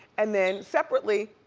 and then separately,